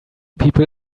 people